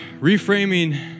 reframing